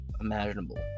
imaginable